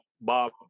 Bob